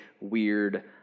weird